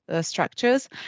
structures